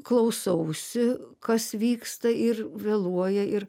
klausausi kas vyksta ir vėluoja ir